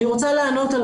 אני רוצה לענות,